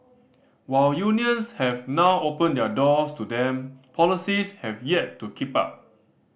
while unions have now opened their doors to them policies have yet to keep up